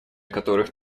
которых